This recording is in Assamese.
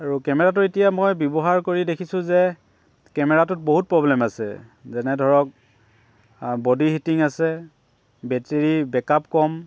আৰু কেমেৰাটো এতিয়া মই ব্যৱহাৰ কৰি দেখিছো যে কেমেৰাটোত বহুত প্ৰব্লেম আছে যেনে ধৰক বডি হিটিং আছে বেটেৰীৰ বেকআপ কম